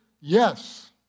yes